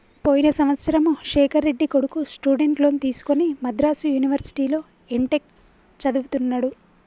పోయిన సంవత్సరము శేఖర్ రెడ్డి కొడుకు స్టూడెంట్ లోన్ తీసుకుని మద్రాసు యూనివర్సిటీలో ఎంటెక్ చదువుతున్నడు